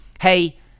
hey